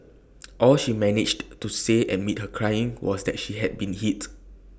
all she managed to say amid her crying was that she had been hit